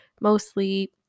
mostly